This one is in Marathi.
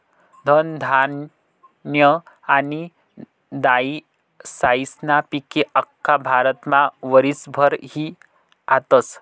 धनधान्य आनी दायीसायीस्ना पिके आख्खा भारतमा वरीसभर ई हातस